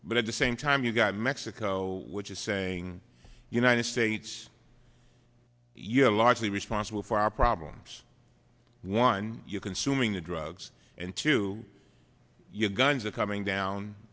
but at the same time you've got mexico which is saying united states you know largely responsible for our problems one you're consuming the drugs and to your guns are coming down